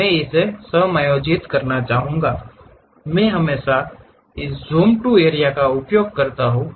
मैं इसे समायोजित करना चाहूंगा मैं हमेशा इस ज़ूम टू एरिया का उपयोग कर सकता हूं